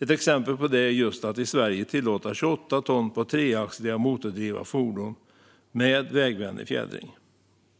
Ett exempel på det är just att i Sverige tillåta 28 ton på treaxliga motordrivna fordon med vägvänlig fjädring.